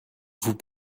vous